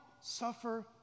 suffer